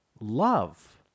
Love